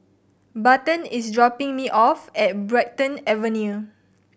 Barton is dropping me off at Brighton Avenue